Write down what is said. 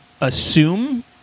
assume